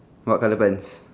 what colour pants